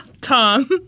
Tom